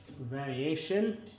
variation